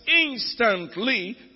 instantly